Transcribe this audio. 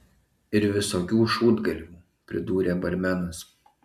ir visokių šūdgalvių pridūrė barmenas